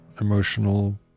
emotional